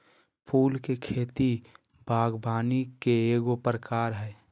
फूल के खेती बागवानी के एगो प्रकार हइ